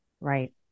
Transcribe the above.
Right